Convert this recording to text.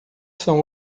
são